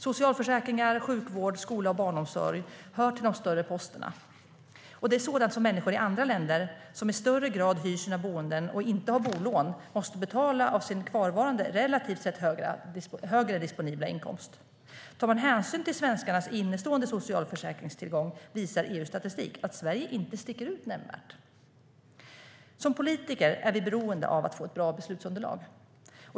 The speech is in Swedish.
Socialförsäkringar, sjukvård, skola och barnomsorg hör till de större posterna. Det är sådant som människor i andra länder, som i högre grad hyr sitt boende och inte har bolån, måste betala av sin kvarvarande relativt sett högre disponibla inkomst. Tar man hänsyn till svenskarnas innestående socialförsäkringstillgång visar EU-statistik att Sverige inte sticker ut nämnvärt. Som politiker är vi beroende av att få ett bra beslutsunderlag.